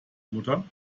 mutter